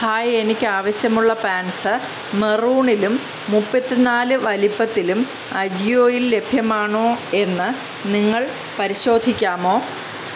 hi എനിക്ക് ആവശ്യമുള്ള pants മറൂണിലും മുപ്പത്തി നാല് വലുപ്പത്തിലും അജിയോയിൽ ലഭ്യമാണോ എന്ന് നിങ്ങൾ പരിശോധിക്കാമോ